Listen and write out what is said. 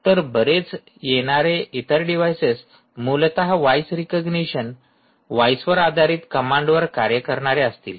तर बरेच नवीन येणारे इतर डिव्हाईसेस मूलत व्हॉईस रेकग्निशन व्हॉईस वर आधारित कमांडवर कार्य करणारे असतील